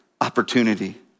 opportunity